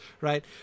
right